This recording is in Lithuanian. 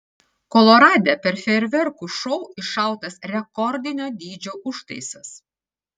kolorade per fejerverkų šou iššautas rekordinio dydžio užtaisas